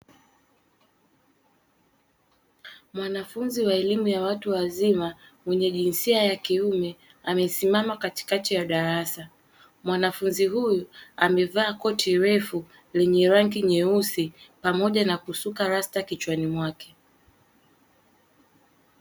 Mwanafunzi wa elimu ya watu wazima mwenye jinsia ya kiume amesimama katikati ya darasa. Mwanafunzi huyu amevaa koti refu lenye rangi nyeusi pamoja na kusuka rasta kichwani mwake.